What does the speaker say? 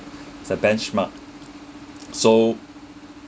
it's a benchmark so